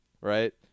right